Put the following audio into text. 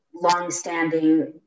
longstanding